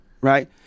right